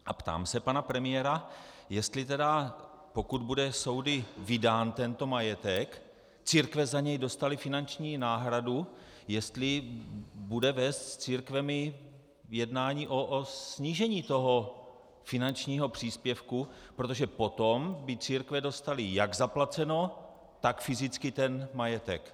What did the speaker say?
A ptám se pana premiéra, jestli tedy pokud bude vydán tento majetek, církve za něj dostaly finanční náhradu, jestli bude vést s církvemi jednání o snížení toho finančního příspěvku, protože potom by církve dostaly jak zaplaceno, tak fyzicky ten majetek.